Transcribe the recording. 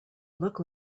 look